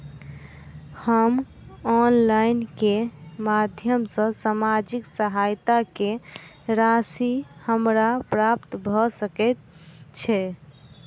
हम ऑनलाइन केँ माध्यम सँ सामाजिक सहायता केँ राशि हमरा प्राप्त भऽ सकै छै?